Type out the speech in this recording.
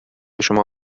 شما